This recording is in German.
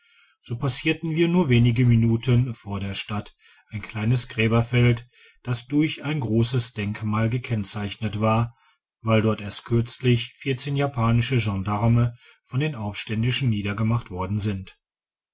so passierten wir nur wenige minuten vor der stadt ein kleines gräberfeld das durch ein grosses denkmal gekennzeichnet war weil dort erst kürzlich japanische gendarme von den aufständischen niedergemacht worden sind